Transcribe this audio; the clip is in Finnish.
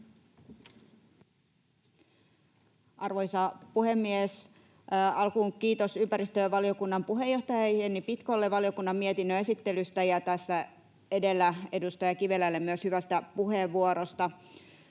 Arvoisa puhemies! Alkuun kiitos ympäristövaliokunnan puheenjohtaja Jenni Pitkolle valiokunnan mietinnön esittelystä ja tässä edellä myös edustaja Kivelälle hyvästä puheenvuorosta.